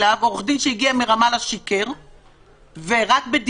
אני מבקש שהמסמך שמגיע לוועדה יהיה אחרי שראיתם את זה,